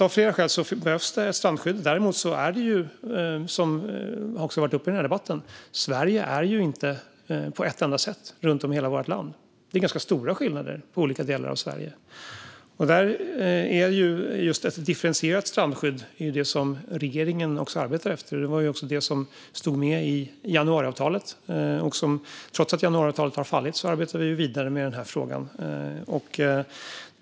Av flera skäl behövs alltså ett strandskydd. Som har tagits upp i denna debatt ser Sverige inte ut på ett enda sätt runt om hela i vårt land, utan det är ganska stora skillnader mellan olika delar av Sverige. Ett differentierat strandskydd är det som regeringen arbetar efter, och det var också detta som stod med i januariavtalet. Trots att januariavtalet har fallit arbetar vi vidare med denna fråga.